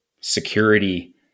security